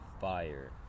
fire